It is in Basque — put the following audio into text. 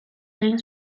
egin